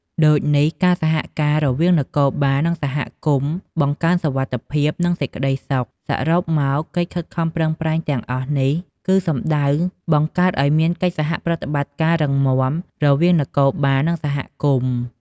ដូចនេះការសហការរវាងនគរបាល និងសហគមន៍ បង្កើនសុវត្ថិភាព និងសេចក្តីសុខ សរុបមក កិច្ចខិតខំប្រឹងប្រែងទាំងអស់នេះ គឺសំដៅបង្កើតឲ្យមានកិច្ចសហប្រតិបត្តិការរឹងមាំ រវាងនគរបាល និងសហគមន៍។